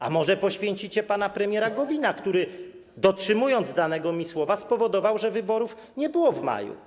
A może poświęcicie pana premiera Gowina, który dotrzymując danego mi słowa, spowodował, że wyborów nie było w maju?